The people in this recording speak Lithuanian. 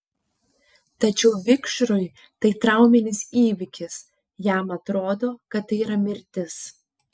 tačiau vikšrui tai trauminis įvykis jam atrodo kad tai yra mirtis